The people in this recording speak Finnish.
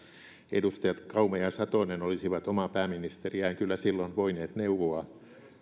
edustajat kauma ja ja satonen olisivat omaa pääministeriään kyllä silloin voineet neuvoa